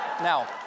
Now